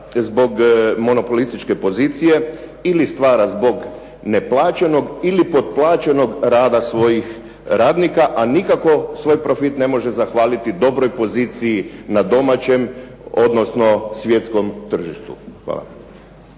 zbog monopolističke pozicije ili stvara zbog neplaćenog ili potplaćenog rada svojih radnika a nikako svoj profit ne može zahvaliti dobroj poziciji na domaćem odnosno svjetskom tržištu. Hvala.